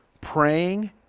praying